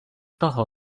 toho